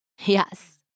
Yes